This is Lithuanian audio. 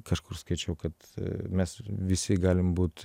kažkur skaičiau kad mes visi galim būt